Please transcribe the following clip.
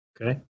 Okay